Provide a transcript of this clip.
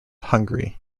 hungary